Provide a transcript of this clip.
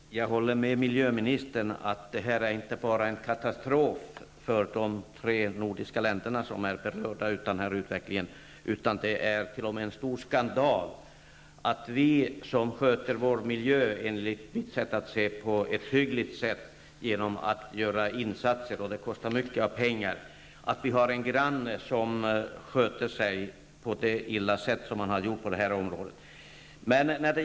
Herr talman! Jag håller med miljöministern om att detta inte endast är en katastrof för de tre nordiska länder som är berörda av utvecklingen. Det är t.o.m. en stor skandal att vi, som enligt mitt sätt att se sköter vår miljö på ett hyggligt sätt genom att göra insatser som kostar mycket pengar, har en granne som sköter sig så illa som har skett här.